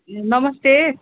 ए नमस्ते